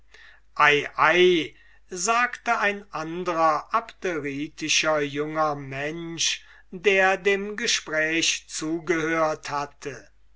sagte ein andrer abderitischer junger mensch der dem gespräch zugehört hatte